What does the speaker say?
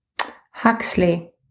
Huxley